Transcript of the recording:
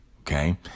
okay